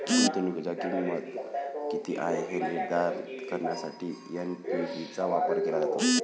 गुंतवणुकीची किंमत किती आहे हे निर्धारित करण्यासाठी एन.पी.वी चा वापर केला जातो